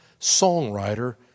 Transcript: songwriter